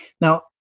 Now